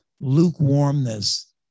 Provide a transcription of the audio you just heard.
lukewarmness